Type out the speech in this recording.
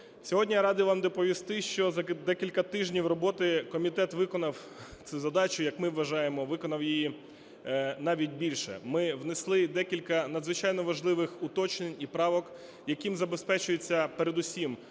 Сьогодні я радий вам доповісти, що за декілька тижнів роботи комітет виконав цю задачу, як ми вважаємо, виконав її навіть більше. Ми внесли декілька надзвичайно важливих уточнень і правок, якими забезпечується передусім